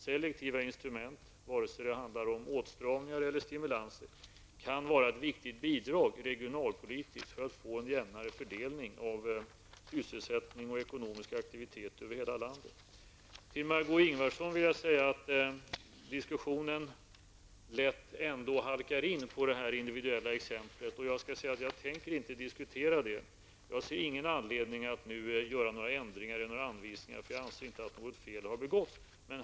Selektiva instrument, vare sig det handlar om åtstramningar eller stimulanser, kan vara ett viktigt bidrag regionalpolitiskt för att få en jämnare fördelning av sysselsättning och ekonomiska aktiviteter över hela landet. Till Margó Ingvardsson vill jag säga att diskussionen lätt ändå halkar in på det individuella exemplet. Jag tänker inte diskutera det. Jag ser ingen anledning att nu göra några ändringar i anvisningarna, för jag anser inte att något fel har begåtts.